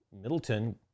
Middleton